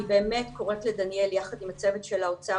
אני באמת קוראת לדניאל יחד עם הצוות של האוצר